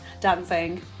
Dancing